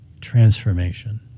Transformation